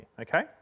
okay